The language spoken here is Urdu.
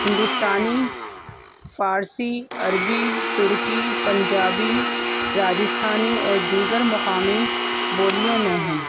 ہندوستانی فارسی عربی ترکی پنجابی راجستھانی اور دیگر مقامی بولیوں میں ہیں